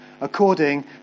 according